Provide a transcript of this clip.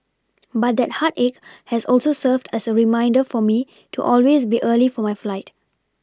but that heartache has also served as a reminder for me to always be early for my flight